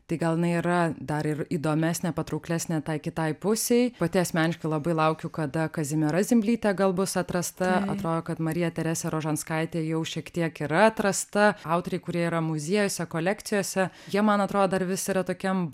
tai gal jinai yra dar ir įdomesnė patrauklesnė tai kitai pusei pati asmeniškai labai laukiu kada kazimiera zimblytė gal bus atrasta atrodo kad marija teresė rožanskaitė jau šiek tiek yra atrasta autoriai kurie yra muziejuose kolekcijose jie man atrodo dar vis yra tokiam